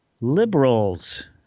liberals